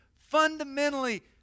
fundamentally